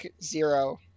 zero